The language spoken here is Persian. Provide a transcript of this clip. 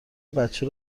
بچه